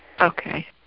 Okay